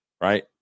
right